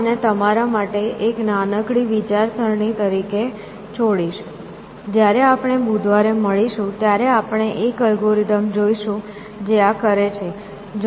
હું આને તમારા માટે એક નાનકડી વિચારસરણી તરીકે છોડીશ જ્યારે આપણે બુધવારે મળીશું ત્યારે આપણે એક અલ્ગોરિધમ જોઈશું જે આ કરે છે